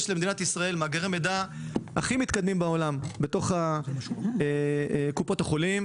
יש למדינת ישראל מאגרי מידע הכי מתקדמים בעולם בתוך קופות החולים